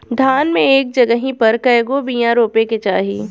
धान मे एक जगही पर कएगो बिया रोपे के चाही?